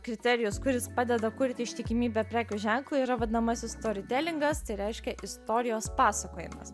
kriterijus kuris padeda kurti ištikimybę prekės ženklui yra vadinamasis storitelingas tai reiškia istorijos pasakojimas